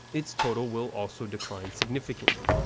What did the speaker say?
it's total will also decline significantly,